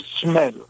smell